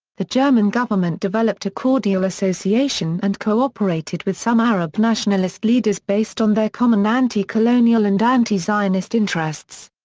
the german government developed a cordial association and cooperated with some arab nationalist leaders based on their common anti-colonial and anti-zionist interests.